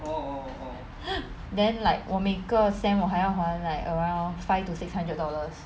then like 我每个 sem 我还要还 like around five to six hundred dollars